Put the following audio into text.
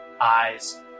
eyes